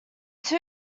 two